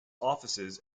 offices